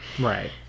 Right